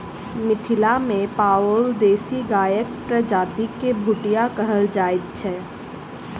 मिथिला मे पाओल देशी गायक प्रजाति के भुटिया कहल जाइत छै